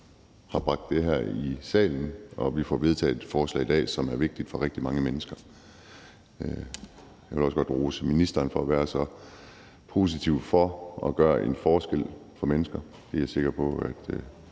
har bragt det her i salen. Vi får vedtaget et forslag i dag, som er vigtigt for rigtig mange mennesker. Jeg vil også godt rose ministeren for at være så positiv over for at gøre en forskel for mennesker. Det er jeg sikker på at